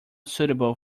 suitable